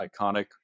iconic